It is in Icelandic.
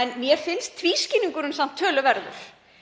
en mér finnst tvískinnungurinn samt töluverður.